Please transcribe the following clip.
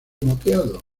moteado